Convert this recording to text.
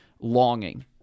longing